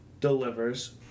delivers